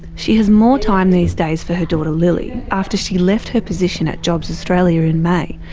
she has more time these days for her daughter lily after she left her position at jobs australia in may.